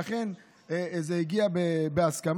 לכן, זה הגיע בהסכמה.